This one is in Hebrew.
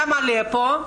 היה מלא פה,